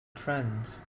friends